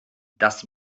das